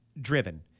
driven